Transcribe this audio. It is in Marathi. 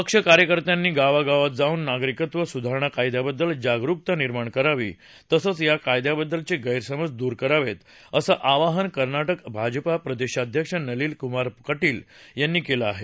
पक्ष कार्यकर्त्यांनी गावागावात जाऊन नागरिकत्व स्धारणा कायद्याबद्दल जागरुकता निर्माण करावी तसंच या कायद्याबद्दलचे गैरसमज द्र करावेत असं आवाहन कर्नाटक भाजपा प्रदेशाध्यक्ष नलीन क्मार कटील यांनी केलं आहे